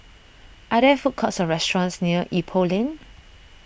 are there food courts or restaurants near Ipoh Lane